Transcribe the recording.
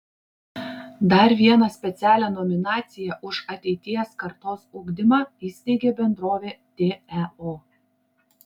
dar vieną specialią nominaciją už ateities kartos ugdymą įsteigė bendrovė teo